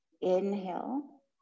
Inhale